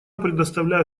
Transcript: предоставляю